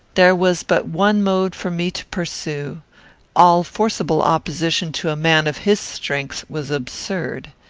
there was but one mode for me to pursue all forcible opposition to a man of his strength was absurd.